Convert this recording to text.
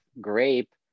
grape